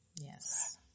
yes